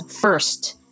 first